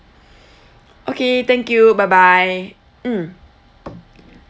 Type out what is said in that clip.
okay thank you bye bye mm